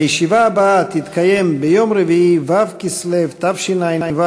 הישיבה הבאה תתקיים ביום רביעי, ו' בכסלו התשע"ו,